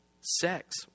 sex